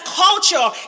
culture